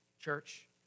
church